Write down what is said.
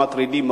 המטרידים,